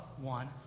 one